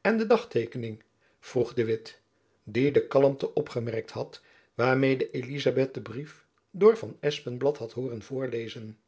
en de dagteekening vroeg de witt die de kalmte opgemerkt had waarmede elizabeth dien brief door van espenblad had hooren voorlezen